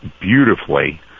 beautifully